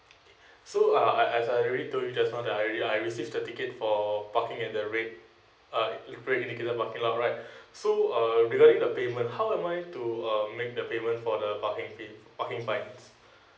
so uh as I already told you just now that I I received the ticket for parking at the red uh in red indicated parking lot right so uh regarding the payment how am I to uh make the payment for the parking fee parking fines